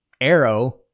Arrow